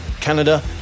Canada